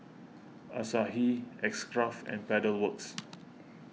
Asahi X Craft and Pedal Works